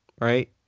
right